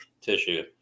tissue